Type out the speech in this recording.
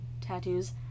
tattoos